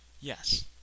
Yes